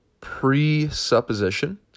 presupposition